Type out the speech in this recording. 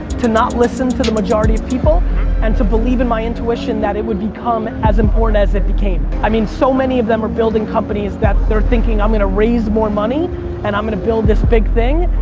to not listen to the majority of people and to believe in my intuition that it would become as important as it became. i mean so many of them are building companies that they're thinking i'm gonna raise more money and i'm gonna build this big thing.